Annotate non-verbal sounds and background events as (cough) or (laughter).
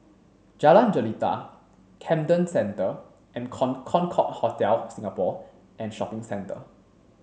Jalan Jelita Camden Centre and (unintelligible) Concorde Hotel Singapore and Shopping Centre